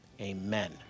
Amen